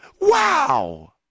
Wow